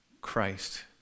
Christ